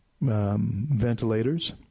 ventilators